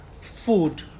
food